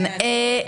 כן.